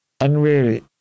Unwary